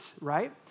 right